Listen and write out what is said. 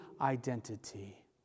identity